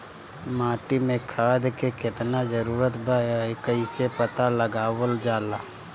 माटी मे खाद के कितना जरूरत बा कइसे पता लगावल जाला?